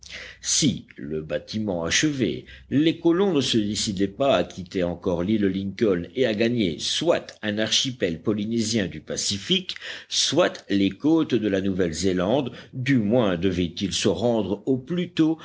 si le bâtiment achevé les colons ne se décidaient pas à quitter encore l'île lincoln et à gagner soit un archipel polynésien du pacifique soit les côtes de la nouvellezélande du moins devaient-ils se rendre au plus tôt